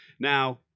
Now